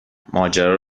ماجرا